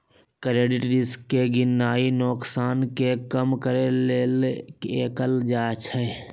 credit risk के गीणनाइ नोकसान के कम करेके लेल कएल जाइ छइ